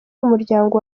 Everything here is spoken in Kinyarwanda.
umuryango